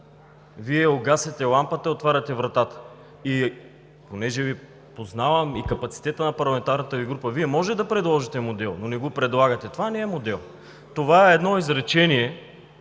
Вие гасите лампата и отваряте вратата. И понеже Ви познавам, и капацитета на парламентарната Ви група, Вие можете да предложите модел, но не го предлагате. Това не е модел. Това е едно изречение,